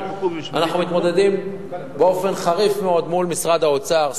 אנחנו מתמודדים באופן חריף מאוד מול משרד האוצר,